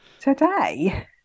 today